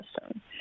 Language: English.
system